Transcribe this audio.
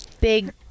big